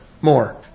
more